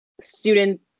student